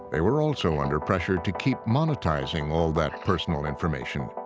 they were also under pressure to keep monetizing all that personal information,